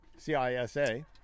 CISA